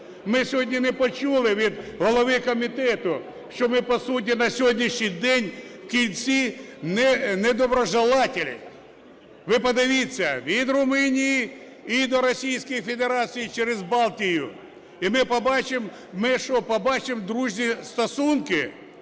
ми сьогодні не почули від голови комітету, що ми по суті на сьогоднішній день в кільці недоброжелателей. Ви подивіться: від Румунії і до Російської Федерації через Балтію. І ми побачимо… ми